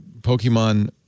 Pokemon